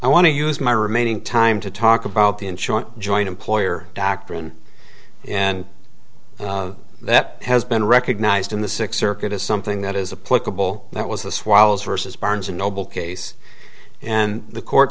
i want to use my remaining time to talk about the insurance joint employer doctrine and that has been recognized in the sixth circuit as something that is a political that was the swallows versus barnes and noble case and the court